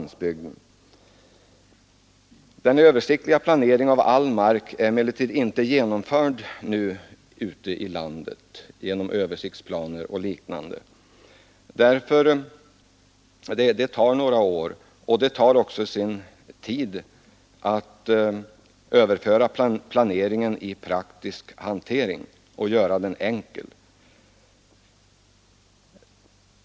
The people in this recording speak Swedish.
Den översiktliga planeringen av all mark är emellertid inte genomförd ute i landet genom översiktsplaner och liknande. Det tar några år, och det tar också sin tid att överföra planeringen i praktisk hantering och göra den enkel.